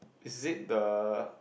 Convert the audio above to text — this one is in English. is it the